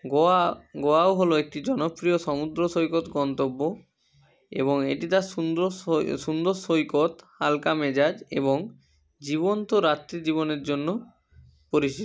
গোয়া গোয়াও হলো একটি জনপ্রিয় সমুদ্র সৈকত গন্তব্য এটি তার সুন্দর সৈ সুন্দর সৈকত হালকা মেজাজ এবং জীবন্ত রাত্রি জীবনের জন্য পরিচিত